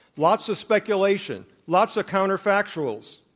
lots of speculation, lots of counterfactuals.